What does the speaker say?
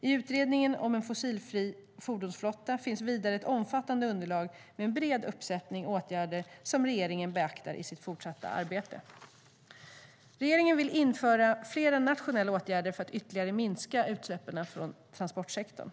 I utredningen om en fossilfri fordonsflotta finns vidare ett omfattande underlag med en bred uppsättning åtgärder som regeringen beaktar i sitt fortsatta arbete. Regeringen vill införa flera nationella åtgärder för att ytterligare minska utsläppen från transportsektorn.